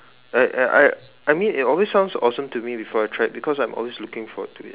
I I I I mean it always sound awesome to me before I tried because I'm always looking forward to it